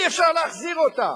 אי-אפשר להחזיר אותה,